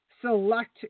Select